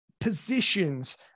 positions